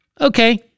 Okay